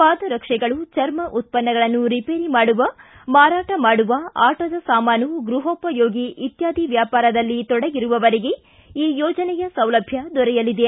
ಪಾದರಕ್ಷೆಗಳು ಚರ್ಮ ಉತ್ಪನ್ನಗಳನ್ನು ರಿಪೇರಿ ಮಾಡುವ ಮಾರಾಟ ಮಾಡುವ ಆಟದ ಸಾಮಾನು ಗೃಹೋಪಯೋಗಿ ಇತ್ಯಾದಿ ವ್ಯಾಪಾರದಲ್ಲಿ ತೊಡಗಿರುವವರಿಗೆ ಈ ಯೋಜನೆಯ ಸೌಲಭ್ಯ ದೊರೆಯಲಿದೆ